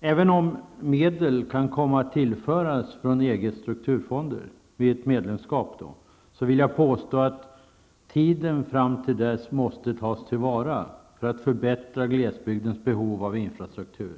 Även om medel kan komma att tillföras från EGs strukturfonder vid ett medlemskap så vill jag påstå att tiden fram till dess måste tas till vara för att förbättra glesbygdernas infrastruktur.